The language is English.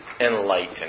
enlightened